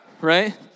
Right